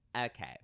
Okay